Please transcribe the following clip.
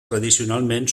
tradicionalment